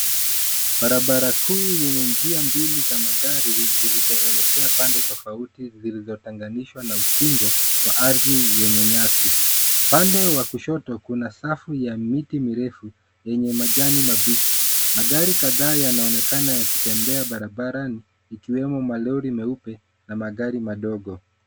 Barabara kuu yenye njia mbili tamathali zilizoelekea pande tofauti zilizotenganishwa na ukingo wa ardhi wenye nyasi. Upande wa kushoto, kuna safu ya miti mirefu yenye majani mabichi. Magari kadhaa yanaonekana yakitembea barabarani ikiwemo malori meupe na magari madogo.